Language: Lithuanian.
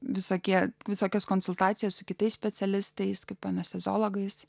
visokie visokios konsultacijos su kitais specialistais kaip pamestas zoologais